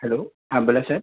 hello हां बोला sir